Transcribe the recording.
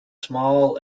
small